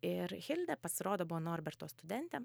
ir hilda pasirodo buvo norberto studentė